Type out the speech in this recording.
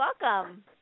welcome